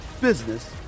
business